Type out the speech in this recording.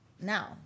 Now